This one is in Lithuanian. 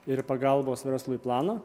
ir pagalbos verslui planą